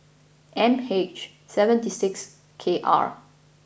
M H seventy six K R